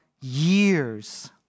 years